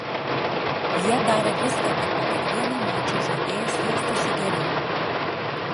jie darė viską kad po kiekvieno mačo žaidėjas jaustųsi geriau